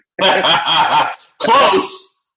Close